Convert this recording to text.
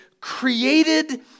created